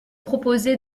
proposez